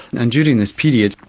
and during this period,